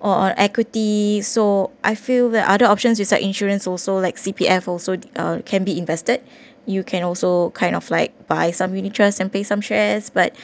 or on equity so I feel that other options beside insurance also like C_P_F also uh can be invested you can also kind of like buy some unit trust and pay some shares but